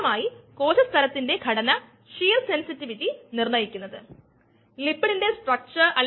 നമ്മുടെ ഏത് സ്റ്റാൻഡേർഡ് പുസ്തകവും അതായത് എൻസൈം കയ്നെറ്റിക്സ്ക്കുറിച്ചുള്ള കാര്യങ്ങൾ നോക്കാം